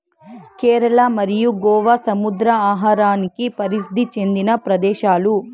కేరళ మరియు గోవా సముద్ర ఆహారానికి ప్రసిద్ది చెందిన ప్రదేశాలు